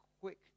quick